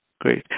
Great